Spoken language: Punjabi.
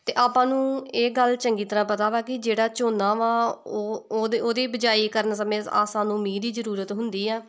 ਅਤੇ ਆਪਾਂ ਨੂੰ ਇਹ ਗੱਲ ਚੰਗੀ ਤਰ੍ਹਾਂ ਪਤਾ ਵਾ ਕਿ ਜਿਹੜਾ ਝੋਨਾ ਵਾ ਉਹ ਓਦੇ ਉਹਦੀ ਬਿਜਾਈ ਕਰਨ ਸਮੇਂ ਆ ਸਾਨੂੰ ਮੀਹ ਦੀ ਜ਼ਰੂਰਤ ਹੁੰਦੀ ਆ